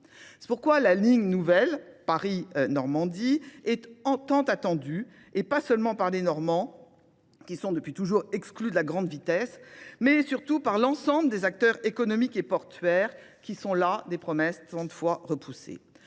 C'est pourquoi la ligne nouvelle, Paris-Normandie, est tant attendue, et pas seulement par les Normands, qui sont depuis toujours exclus de la grande vitesse, mais surtout par l'ensemble des acteurs économiques et portuaires qui sont là des promesses 60 fois repoussées.